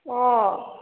अँ